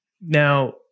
now